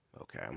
okay